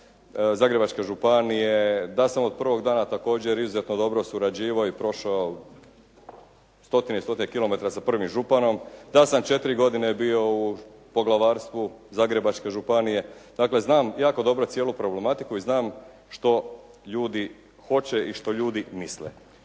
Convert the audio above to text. Zagrebačke županije, da sam od prvog dana također izuzetno dobro surađivao i prošao stotine i stotine kilometara sa prvim županom, da sam 4 godine bio u Poglavarstvu Zagrebačke županije, dakle znam jako dobro cijelu problematiku i znam što ljudi hoće i što ljudi misle.